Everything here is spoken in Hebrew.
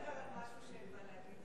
צריך לדבר על משהו כשאין מה להגיד.